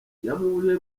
yamubujije